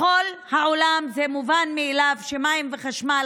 בכל העולם זה מובן מאליו שמים וחשמל